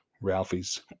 Ralphie's